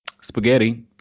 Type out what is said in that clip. Spaghetti